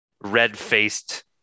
red-faced